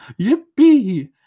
yippee